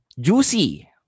Juicy